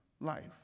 life